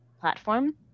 platform